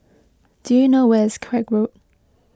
do you know where is Craig Road